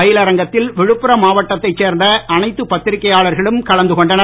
பயிலரங்கத்தில் விழுப்புரம் மாவட்டத்தை சேர்ந்த அனைத்து பத்திரிக்கையாளர்களும் கலந்து கொண்டனர்